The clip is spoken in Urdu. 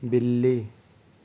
بلّی